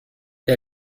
der